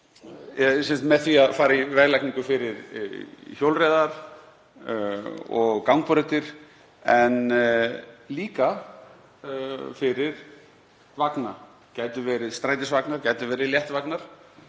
með því að fara í veglagningu fyrir hjólreiðar og gangbrautir, en líka fyrir vagna, það gætu verið strætisvagnar, gætu verið léttvagnar,